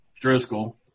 Driscoll